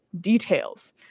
details